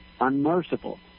unmerciful